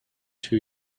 two